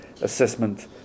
assessment